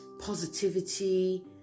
positivity